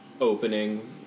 opening